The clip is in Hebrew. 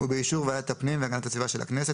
ובאישור ועדת הפנים והגנת הסיבה של הכנסת,